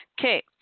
Okay